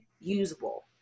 usable